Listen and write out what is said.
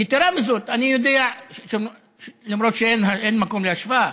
יתרה מזאת: אני יודע, למרות שאין מקום להשוואה,